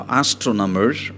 astronomers